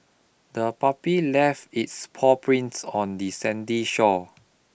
the puppy left its paw prints on the sandy shore